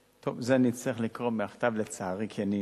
טוב, את זה אני אצטרך לקרוא מהכתב, לצערי, כי אני